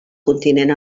continent